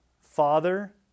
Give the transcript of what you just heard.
Father